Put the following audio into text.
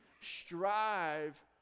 Strive